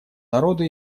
народу